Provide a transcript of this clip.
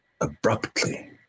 abruptly